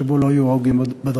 שבו לא יהיו הרוגים בדרכים.